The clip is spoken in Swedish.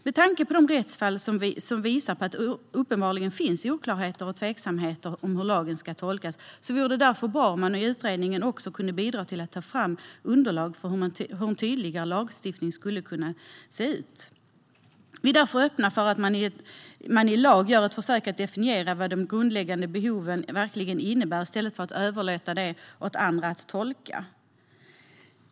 Med tanke på de rättsfall som visar på att det uppenbarligen finns oklarheter och tveksamheter om hur lagen ska tolkas vore det bra om utredningen kunde bidra till att ta fram underlag för hur en tydligare lagstiftning skulle kunna se ut. Vi är därför öppna för att man i lag gör ett försök att definiera vad de grundläggande behoven verkligen innebär i stället för att överlåta åt andra att tolka det.